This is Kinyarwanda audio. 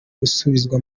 gusubizwa